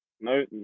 No